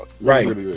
Right